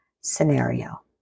scenario